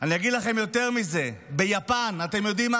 אני אגיד לכם יותר מזה: אתם יודעים מה